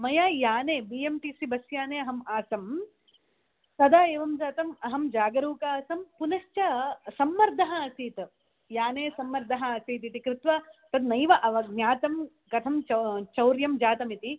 मया याने B M T C बस्याने अहम् आसं तदा एवं जातम् अहं जागरूकासं पुनश्च सम्मर्दः आसीत् याने सम्मर्दः आसीदिति कृत्वा तदेव ज्ञातं कथं चौ चौर्यं जातमिति